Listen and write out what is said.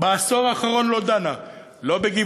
בעשור האחרון היא לא דנה בגבעת-עמל,